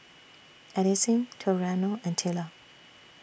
Addisyn Toriano and Tilla